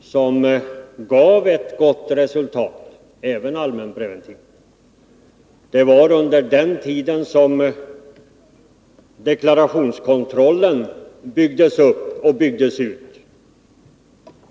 som gav ett gott resultat — även allmänpreventivt. Det var under den tiden som deklarationskontrollen byggdes upp och byggdes ut.